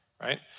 right